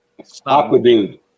Aquadude